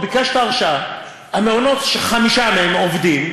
ביקשת הרשאה, המעונות, חמישה מהם עובדים.